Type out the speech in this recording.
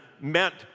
meant